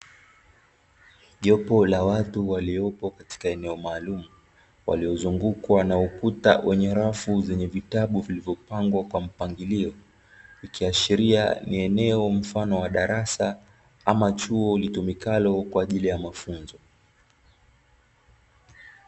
Jopo la watu waliopo katika eneo maalumu, walio zungukwa na ukuta wenye rafu zenye vitabu vilivyopangwa kwa mpangilio. Likiashiria ni eneo mfano wa darasa ama chuo litimikalo kwa ajili ya mafunzo.